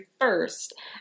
first